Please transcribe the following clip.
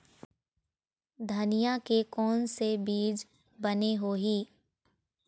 धनिया के कोन से बीज बने होही?